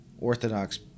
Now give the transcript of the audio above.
Orthodox